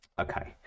okay